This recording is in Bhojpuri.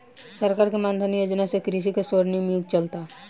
सरकार के मान धन योजना से कृषि के स्वर्णिम युग चलता